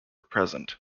present